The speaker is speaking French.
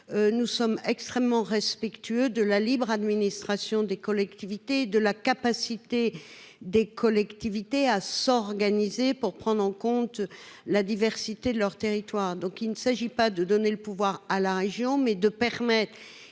Nous sommes extrêmement respectueux de la libre administration des collectivités de la capacité des collectivités à s'organiser pour prendre en compte la diversité de leur territoire, donc il ne s'agit pas de donner le pouvoir à la région mais de permettre